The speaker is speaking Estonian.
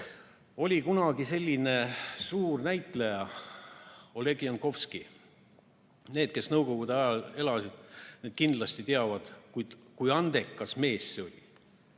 Oli kunagi selline suur näitleja nagu Oleg Jankovski. Need, kes Nõukogude ajal elasid, kindlasti teavad, kui andekas mees ta oli.